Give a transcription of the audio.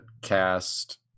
cast